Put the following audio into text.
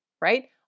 right